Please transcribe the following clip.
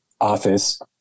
office